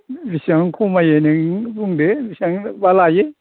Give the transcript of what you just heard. बेसेबां खमायो नोंनो बुंदो बेसांबा लायो